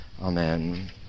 Amen